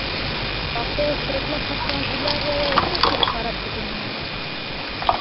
ᱟᱯᱮ ᱥᱚᱨᱟᱭᱠᱮᱞᱟ ᱠᱷᱟᱨᱥᱚᱣᱟ ᱡᱤᱞᱟᱹᱨᱮ ᱪᱮᱫ ᱪᱮᱫ ᱯᱚᱨᱚᱵᱽ ᱠᱚᱯᱮ ᱢᱟᱱᱟᱣᱟ